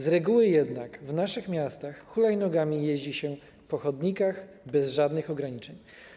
Z reguły jednak w naszych miastach hulajnogami jeździ się po chodnikach bez żadnych ograniczeń.